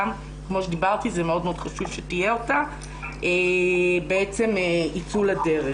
כמו שאמרתי שחשוב שתהיה הם ייצאו לדרך.